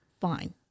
fine